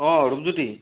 অ Rupjyoti